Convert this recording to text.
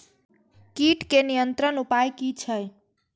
कीटके नियंत्रण उपाय कि छै?